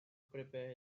prepare